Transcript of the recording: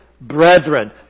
brethren